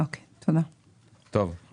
של מי